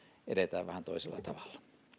edetään vähän toisella tavalla